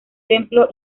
templo